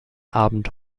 abend